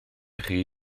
chi